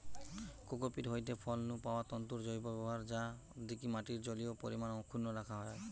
cocopeat হয়ঠে ফল নু পাওয়া তন্তুর জৈব ব্যবহার যা দিকি মাটির জলীয় পরিমাণ অক্ষুন্ন রাখা যায়